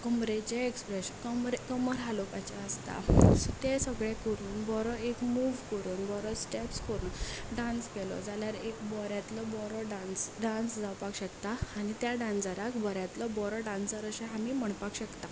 कमरेचें expression कमर कमर हालोवचें आसता तें सगलें करून बरो एक मूव करून बरो स्टेप करून डांस केलो जाल्यार एक बऱ्यांतलो बरो डांस डांस जावपाक शकता आनी त्या डांसराक बऱ्यांतलो बरो डांसर अशें आमी म्हणपाक शकता